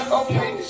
okay